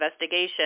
investigation